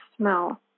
smell